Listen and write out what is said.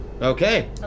Okay